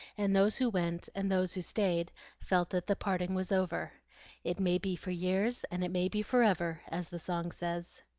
and those who went and those who stayed felt that the parting was over it may be for years, and it may be forever, as the song says.